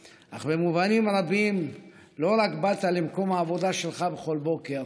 אך במובנים רבים לא רק באת למקום העבודה שלך בכל בוקר,